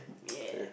ya